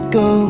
go